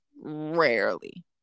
rarely